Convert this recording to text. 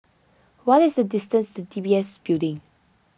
what is the distance to D B S Building